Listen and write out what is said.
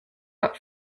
got